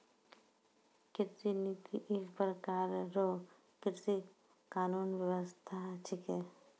कृषि नीति एक प्रकार रो कृषि कानून व्यबस्था छिकै